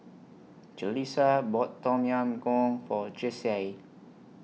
Jaleesa bought Tom Yam Goong For Jessye